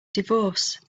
divorce